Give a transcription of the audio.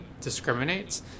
discriminates